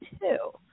two